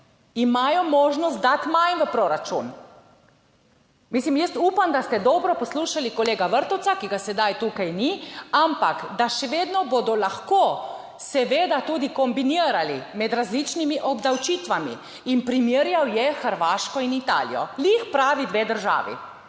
imajo možnost dati manj v proračun. Mislim, jaz upam, da ste dobro poslušali kolega Vrtovca, ki ga sedaj tukaj ni, ampak, da še vedno bodo lahko seveda tudi kombinirali med različnimi obdavčitvami in primerjal je Hrvaško in Italijo, glih pravi dve državi.